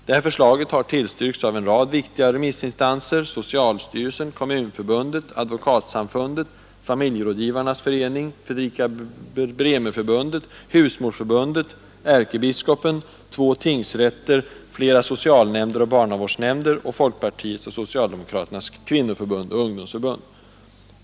Detta förslag har tillstyrkts av en rad viktiga remissinstanser — socialstyrelsen, Kommunförbundet, Advokatsamfundet, Familjerådgivarnas förening, Fredrika Bremerförbundet, Husmodersförbundet, ärkebiskopen, två tingsrätter, flera socialnämnder och barnavårdsnämnder samt folkpartiets och socialdemokraternas kvinnoförbund och ungdomsförbund.